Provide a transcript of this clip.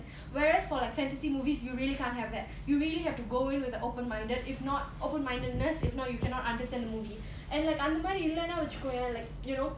whereas for like fantasy movies you really can't have that you really have to go in with an open minded if not open mindedness if not you cannot understand the movie and like அந்தமாரி இல்லனா வேசுகொயேன்:andhamaari illanaa vechukoyen like you know